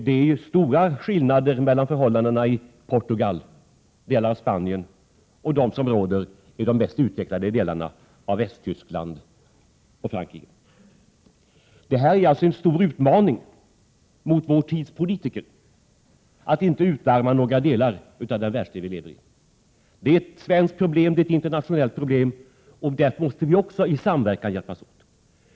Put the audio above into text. Det är stora skillnader mellan förhållandena i Portugal och delar av Spanien och dem som råder i de mest utvecklade delarna av Västtyskland och Frankrike. Det är således en stor utmaning för vår tids politiker att inte utarma några delar av den världsdel vi lever i. Det är ett svenskt problem, och det är ett internationellt problem. Vi måste hjälpas åt i samverkan.